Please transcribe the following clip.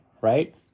right